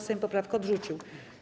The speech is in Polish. Sejm poprawkę odrzucił.